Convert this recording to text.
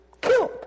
killed